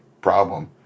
problem